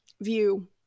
view